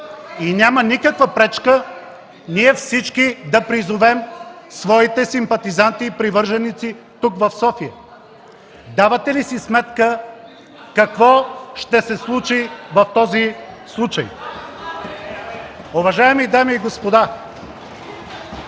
И няма никаква пречка ние всички да призовем своите симпатизанти и привърженици тук, в София. Давате ли си сметка какво ще се случи в този случай? (Шум и реплики.) Уважаеми дами и господа!